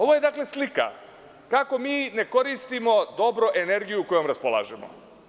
Ovo je slika kako mi ne koristimo dobro energiju kojom raspolažemo.